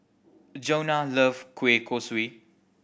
Johnna love kueh kosui